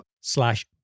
slash